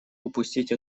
упустить